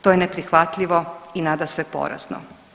To je neprihvatljivo i nadasve porazno.